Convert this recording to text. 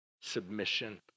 Submission